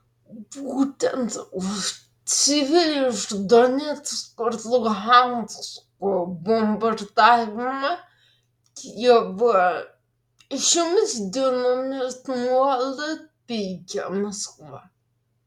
būtent už civilių iš donecko ir luhansko bombardavimą kijevą šiomis dienomis nuolat peikia maskva